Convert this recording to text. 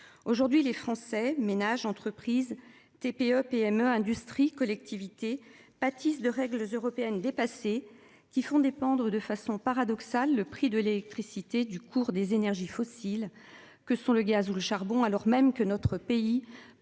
aujourd'hui les Français ménages entreprises TPE-PME industrie collectivités pâtissent de règles européennes dépassé qui font dépendre de façon paradoxale, le prix de l'électricité du cours des énergies fossiles que sont le gaz ou le charbon, alors même que notre pays